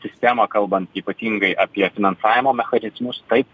sistemą kalbant ypatingai apie finansavimo mechanizmus taip